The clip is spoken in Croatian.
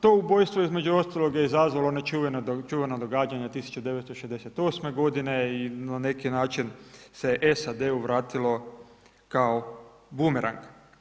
To ubojstvo između ostalog je izazvalo ona čuvena događanja 1968. godine i na neki način se SAD-u vratilo kao bumerang.